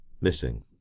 missing